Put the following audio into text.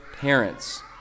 parents